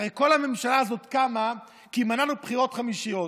הרי כל הממשלה הזאת קמה כי מנענו בחירות חמישיות.